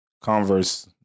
Converse